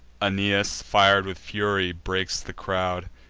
aeneas, fir'd with fury, breaks the crowd,